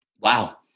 Wow